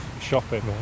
shopping